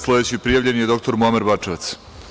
Sledeći prijavljeni je dr Muamer Bačevac.